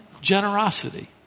generosity